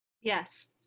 Yes